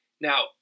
Now